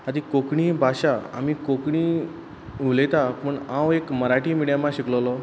आं ती कोंकणी भाशा आमी कोंकणी उलयता पूण हांव एक मराठी मिडयमा शिकलोलो